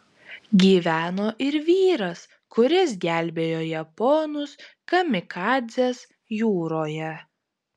gyveno ir vyras kuris gelbėjo japonus kamikadzes jūroje